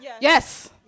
Yes